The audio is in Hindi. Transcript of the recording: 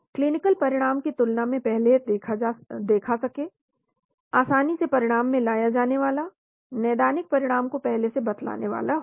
क्लिनिकल परिणाम की तुलना में पहले देखा सके आसानी से परिमाण में लाया जाने वाला नैदानिक परिणाम को पहले से बतलाने वाला हो